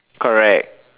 correct